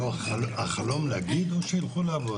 החלום להגיד או שילכו לעבוד?